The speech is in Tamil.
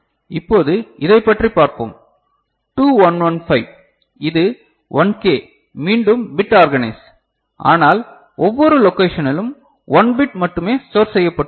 இப்போது இதைப் பற்றி பார்ப்போம் 2115 இது 1K மீண்டும் பிட் ஆர்கனைஸ்ட் ஆனால் ஒவ்வொரு லோகேஷனிலும் 1 பிட் மட்டுமே ஸ்டோர் செய்யப்பட்டுள்ளது